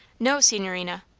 no, signorina.